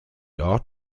ought